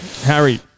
Harry